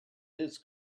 his